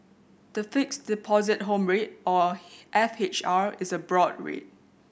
the Fixed Deposit Home Rate or F H R is a broad rate